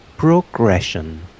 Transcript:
Progression